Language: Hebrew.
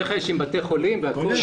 רכש עם בתי חולים והכול.